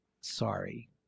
sorry